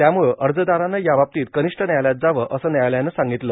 त्यामुळं अर्जदारानं याबाबतीत कनिष्ठ न्यायालयात जावं असं व्यायालयानं सांगितलं